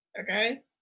okay